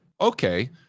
Okay